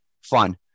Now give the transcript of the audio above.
fun